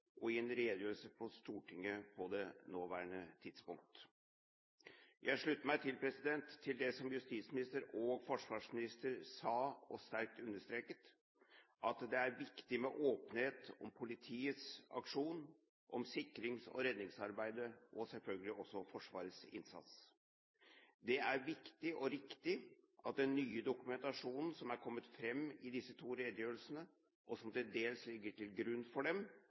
en redegjørelse for Stortinget på det nåværende tidspunkt. Jeg slutter meg til det som justisministeren og forsvarsministeren sa og sterkt understreket, at det er viktig med åpenhet om politiets aksjon, om sikrings- og redningsarbeidet og selvfølgelig også om Forsvarets innsats. Det er viktig og riktig at den nye dokumentasjonen som er kommet fram i disse to redegjørelsene, og som til dels ligger til grunn for dem,